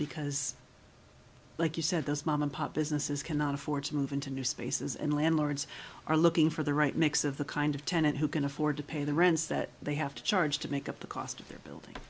because like you said this mom and pop businesses cannot afford to move into new spaces and landlords are looking for the right mix of the kind of tenant who can afford to pay the rents that they have to charge to make up the cost of their building